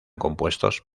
compuestos